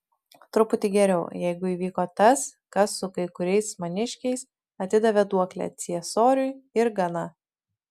truputį geriau jeigu įvyko tas kas su kai kuriais maniškiais atidavė duoklę ciesoriui ir gana